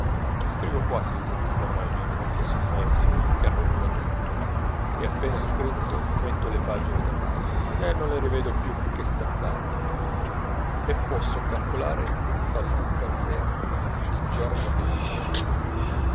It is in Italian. scrivo quasi senza correggere perchè son mesi che rumino tutto e appena scritto metto le pagine da parte e non le rivedo più che stampate e posso calcolare infallibilmente il giorno che finirò